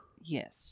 Yes